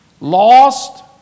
lost